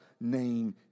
name